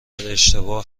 اشتباه